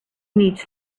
needs